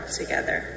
together